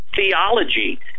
theology